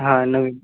हां नवीन